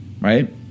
right